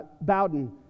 Bowden